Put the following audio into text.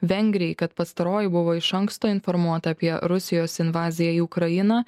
vengrijai kad pastaroji buvo iš anksto informuota apie rusijos invaziją į ukrainą